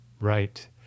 Right